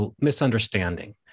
misunderstanding